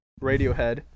Radiohead